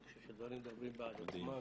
אני חושב שהדברים מדברים בעד עצמם,